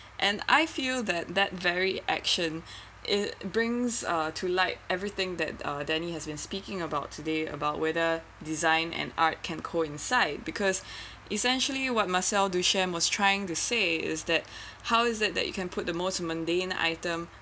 and I feel that that very action it brings uh to like everything that uh danielle has been speaking about today about whether design and art can coincide because essentially what marcel duchamp was trying to say is that how is it that you can put the most mundane item